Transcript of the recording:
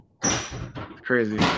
crazy